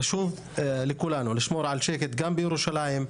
חשוב לכולנו לשמור על שקט גם בירושלים,